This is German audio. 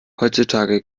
heutzutage